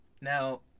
Now